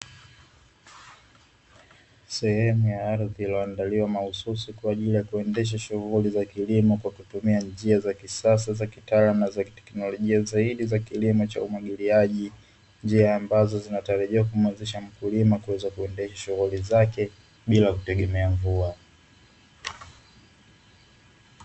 Sehemu ya ardhi iliyoandaliwa mahususi kwa ajili ya kuendesha shughuli za kilimo kwa kutumia njia za kisasa za kitaalamu na teknolojia zaidi za kilimo cha umwagiliaji, njia ambazo zinatarajiwa kumwezesha mkulima kuweza kuendesha shughuli zake bila kutegemea mvua.